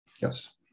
Yes